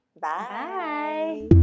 bye